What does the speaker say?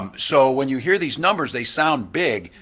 um so when you hear these numbers they sound big,